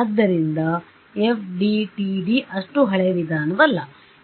ಆದ್ದರಿಂದ FDTD ಅಷ್ಟು ಹಳೆಯ ವಿಧಾನವಲ್ಲ